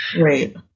right